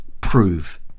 prove